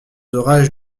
orages